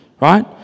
right